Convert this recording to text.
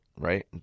right